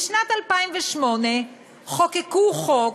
בשנת 2008 חוקקו חוק